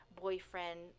boyfriend